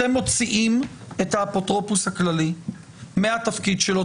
אתם מוציאים את האפוטרופוס הכללי מהתפקיד שלו.